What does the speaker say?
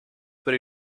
per